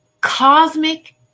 cosmic